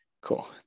cool